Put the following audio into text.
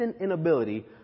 inability